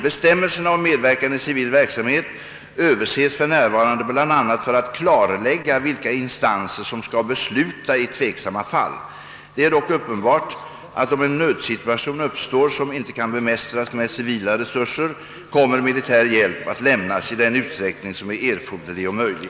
Bestämmelserna om medverkan i civil verksamhet överses för närvarande bl.a. för att klarlägga vilka instanser som skall besluta i tveksamma fall. Det är dock uppenbart att om en nödsituation uppstår, som inte kan bemästras med civila resurser, kommer militär hjälp att lämnas i den utsträckning som är erforderlig och möjlig.